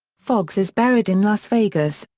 foxx is buried in las vegas,